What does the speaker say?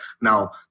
Now